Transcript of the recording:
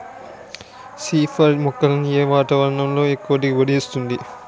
C four మొక్కలను ఏ వాతావరణంలో ఎక్కువ దిగుబడి ఇస్తుంది?